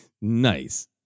Nice